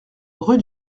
rue